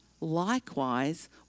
Likewise